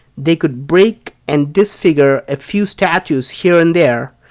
they could break and disfigure a few statues here and there,